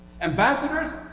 Ambassadors